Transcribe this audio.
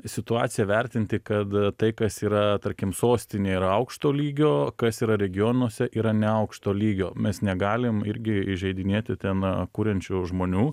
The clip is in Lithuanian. situaciją vertinti kad tai kas yra tarkim sostinėj yra aukšto lygio kas yra regionuose yra neaukšto lygio mes negalim irgi įžeidinėti ten kuriančių žmonių